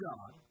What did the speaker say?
God